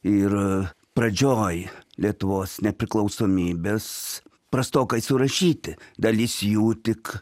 ir pradžioj lietuvos nepriklausomybės prastokai surašyti dalis jų tik